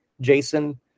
jason